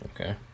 Okay